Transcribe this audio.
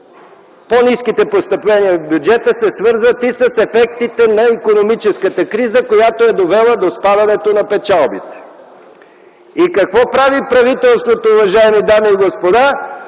по-ниските постъпления в бюджета се свързват с ефектите на икономическата криза, която е довела до спадането на печалбите. И какво прави правителството, уважаеми дами и господа,